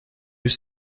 yüz